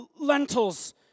lentils